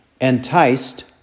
enticed